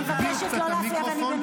אני מבקש שיגבירו קצת את המיקרופון,